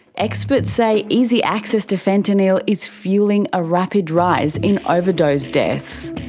experts say easy access to fentanyl is fuelling a rapid rise in overdose deaths.